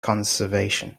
conservation